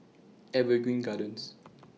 Evergreen Gardens